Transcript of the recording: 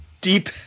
deep